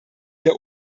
der